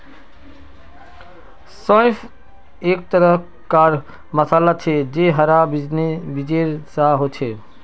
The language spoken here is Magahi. सौंफ एक तरह कार मसाला छे जे हरा बीजेर सा होचे